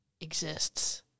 exists